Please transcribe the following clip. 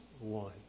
one